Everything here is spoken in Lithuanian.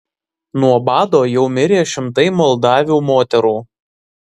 nuo bado jau mirė šimtai moldavių moterų